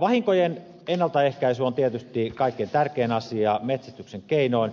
vahinkojen ennaltaehkäisy on tietysti kaikkein tärkein asia metsästyksen keinoin